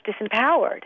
disempowered